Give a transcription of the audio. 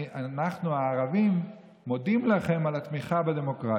אנחנו, הערבים, מודים לכם על התמיכה בדמוקרטיה.